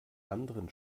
anderen